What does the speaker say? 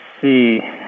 see